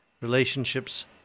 Relationships